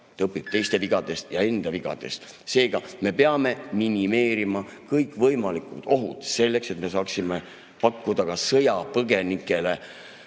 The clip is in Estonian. ta õpib teiste vigadest ja enda vigadest. Seega, me peame minimeerima kõikvõimalikud ohud selleks, et me saaksime pakkuda ka sõjapõgenikele